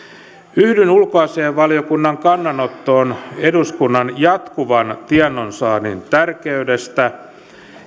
yhdyn ulkoasiainvaliokunnan kannanottoon eduskunnan jatkuvan tiedonsaannin tärkeydestä